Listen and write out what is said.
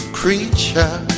creature